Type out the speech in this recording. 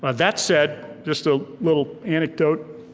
but that said, just a little anecdote.